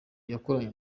yakoranye